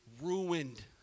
ruined